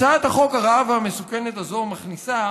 הצעת החוק הרעה והמסוכנת הזאת מכניסה